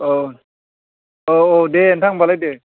औ औ औ दे नोंथां होम्बालाय दे